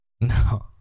No